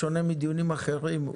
בשונה מדיונים אחרים,